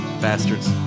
Bastards